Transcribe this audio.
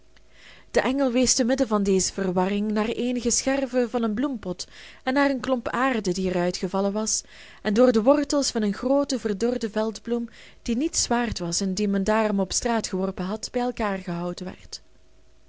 de engel wees te midden van deze verwarring naar eenige scherven van een bloempot en naar een klomp aarde die er uitgevallen was en door de wortels van eene groote verdorde veldbloem die niets waard was en die men daarom op straat geworpen had bij elkaar gehouden werd